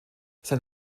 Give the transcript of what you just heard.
sein